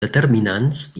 determinats